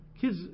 kids